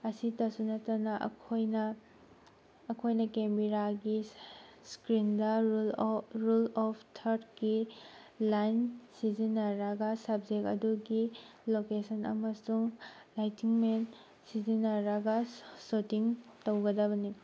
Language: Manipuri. ꯑꯁꯤꯇꯁꯨ ꯅꯠꯇꯅ ꯑꯩꯈꯣꯏꯅ ꯑꯩꯈꯣꯏꯅ ꯀꯦꯃꯦꯔꯥꯒꯤ ꯁ꯭ꯀ꯭ꯔꯤꯟꯗ ꯔꯨꯜ ꯑꯣꯐ ꯊꯥꯔꯠꯀꯤ ꯂꯥꯏꯟ ꯁꯤꯖꯤꯟꯅꯔꯒ ꯁꯕꯖꯦꯛ ꯑꯗꯨꯒꯤ ꯂꯣꯀꯦꯁꯟ ꯑꯃꯁꯨꯡ ꯂꯥꯏꯠꯇꯤꯡ ꯃꯦꯠ ꯁꯤꯖꯤꯟꯅꯔꯒ ꯁꯣꯠꯇꯤꯡ ꯇꯧꯒꯗꯕꯅꯤ